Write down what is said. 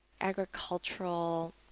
agricultural